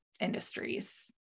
industries